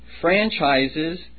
franchises